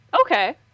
Okay